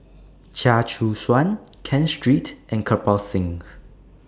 Chia Choo Suan Ken Seet and Kirpal Singh